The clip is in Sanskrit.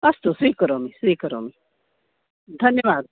अस्तु स्वीकरोमि स्वीकरोमि धन्यवादः